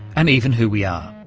and even who we are.